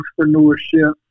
entrepreneurship